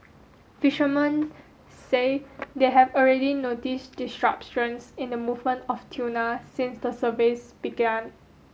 fishermen say they have already noticed disruptions in the movement of tuna since the surveys began